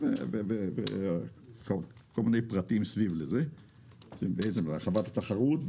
הפצנו כל מיני פרטים סביב הרחבת התחרות,